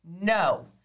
No